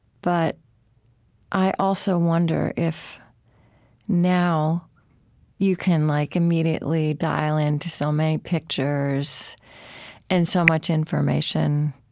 but i also wonder if now you can like immediately dial into so many pictures and so much information,